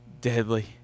deadly